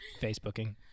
Facebooking